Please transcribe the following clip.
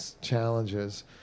challenges